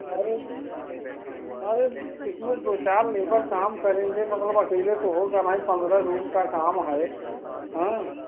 अरे अरे उसमें दो चार लेबर काम करेंगे मतलब अकेले तो होगा नहीं पंद्रह रूम का काम है आँय